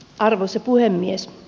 arvoisa puhemies